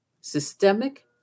systemic